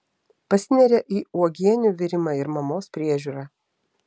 pasineria į uogienių virimą ir mamos priežiūrą